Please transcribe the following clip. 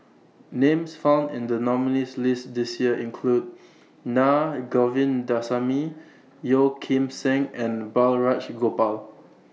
Names found in The nominees' list This Year include Naa Govindasamy Yeo Kim Seng and Balraj Gopal